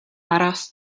aros